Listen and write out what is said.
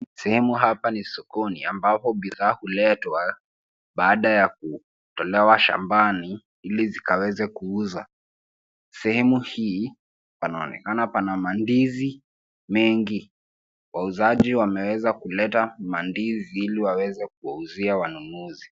Sehemu hapa ni sokoni ambapo bidhaa huletwa baada ya kutolewa shambani ili zikaweze kuuzwa. Sehemu hii panaonekana pana mandizi mengi. Wauzaji wameweza kuleta mandizi ili waweze kuwauzia wanunuzi.